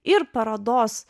ir parodos